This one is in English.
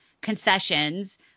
concessions